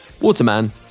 Waterman